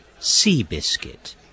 Seabiscuit